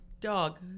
Dog